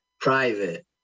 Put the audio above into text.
Private